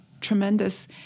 tremendous